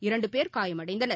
இரண்டுபேர் காயமடைந்தனர்